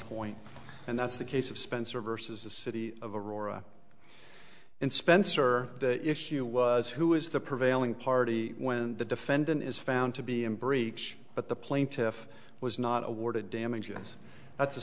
schooling and that's the case of spencer versus the city of aurora and spencer the issue was who is the prevailing party when the defendant is found to be in breach but the plaintiff was not awarded damages that's the